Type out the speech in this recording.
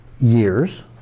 years